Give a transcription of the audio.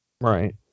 Right